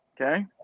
okay